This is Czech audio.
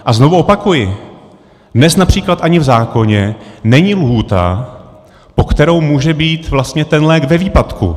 A znovu opakuji, dnes například ani v zákoně není lhůta, po kterou může být vlastně lék ve výpadku.